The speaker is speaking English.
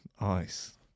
Ice